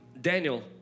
Daniel